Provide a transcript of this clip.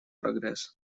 прогресс